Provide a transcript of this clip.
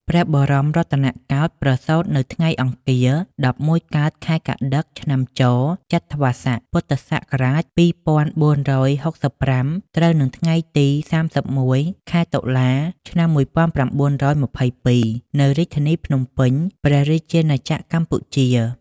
ព្រះបរមរតនកោដ្ឋ ប្រសូតនៅថ្ងៃអង្គារ ១១កើត ខែកត្តិក ឆ្នាំច ចត្វាស័ក ព.ស.២៤៦៥ ត្រូវនឹងថ្ងៃទី៣១ ខែតុលា ឆ្នាំ១៩២២ នៅរាជធានីភ្នំពេញ ព្រះរាជាណាចក្រកម្ពុជា។